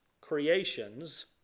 creations